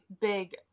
big